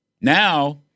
Now